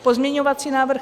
Pozměňovací návrh